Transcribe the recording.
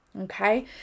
okay